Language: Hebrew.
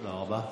תודה רבה.